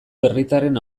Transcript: herritarren